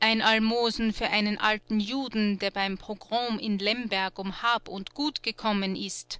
ein almosen für einen alten juden der beim pogrom in lemberg um hab und gut gekommen ist